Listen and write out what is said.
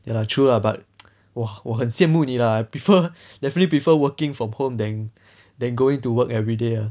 ya lah true lah but 我我很羡慕你 lah I prefer definitely prefer working from home than than going to work everyday lah